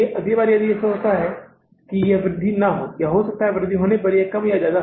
अगली बार ऐसा हो सकता है कि यह वृद्धि न हो या हो सकता है कि वृद्धि होने पर यह कम या ज्यादा हो